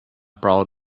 proud